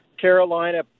Carolina